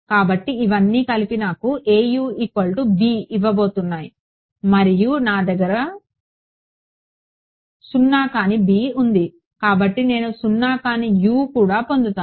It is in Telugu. కాబట్టి ఇవన్నీ కలిపి నాకు ఇవ్వబోతున్నాయి మరియు నా దగ్గర సున్నా కాని బి ఉంది కాబట్టి నేను సున్నా కాని యు కూడా పొందుతాను